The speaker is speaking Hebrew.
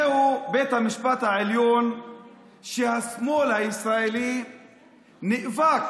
זהו בית המשפט העליון שהשמאל הישראלי נאבק